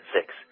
six